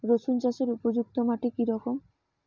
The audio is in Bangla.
রুসুন চাষের উপযুক্ত মাটি কি রকম?